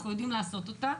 אנחנו יודעים לעשות אותה,